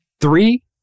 three